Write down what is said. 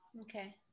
Okay